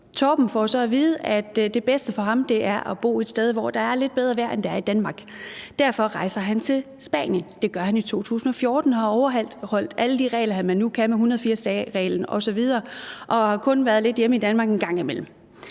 Torben får så vide, at det bedste for ham er at bo et sted, hvor der er lidt bedre vejr, end der er i Danmark. Derfor rejser han til Spanien. Det gør han i 2014, og han har overholdt alle de regler, man nu kan med 180-dagesreglen osv., og har kun været hjemme i Danmark en gang imellem.